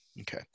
Okay